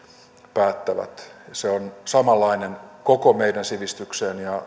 päättävät se on samanlainen koko meidän sivistykseemme ja